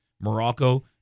Morocco